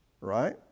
right